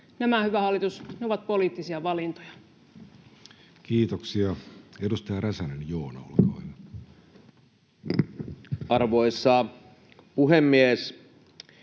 Nämä, hyvä hallitus, ovat poliittisia valintoja. Kiitoksia. — Edustaja Räsänen, Joona, olkaa hyvä. Arvoisa puhemies!